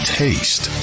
taste